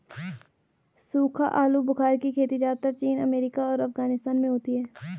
सूखा आलूबुखारा की खेती ज़्यादातर चीन अमेरिका और अफगानिस्तान में होती है